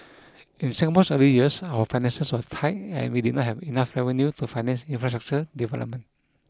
in Singapore's early years our finances were tight and we did not have enough revenue to finance infrastructure development